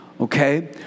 Okay